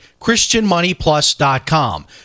christianmoneyplus.com